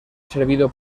servido